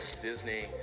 Disney